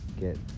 get